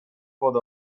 pod